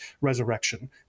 resurrection